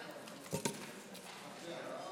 (נגיף הקורונה החדש, הוראת שעה, תיקון)